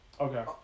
Okay